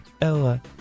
Ella